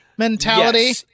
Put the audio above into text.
mentality